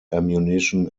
ammunition